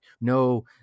No